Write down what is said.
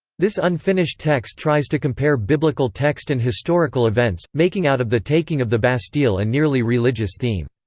this unfinished text tries to compare biblical text and historical events, making out of the taking of the bastille a nearly religious theme.